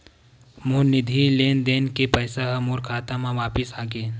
मोर निधि लेन देन के पैसा हा मोर खाता मा वापिस आ गे